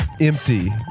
empty